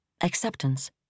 acceptance